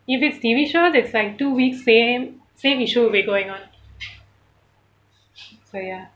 if it's T_V shows it's like two week same same issue will be going on so ya